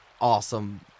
awesome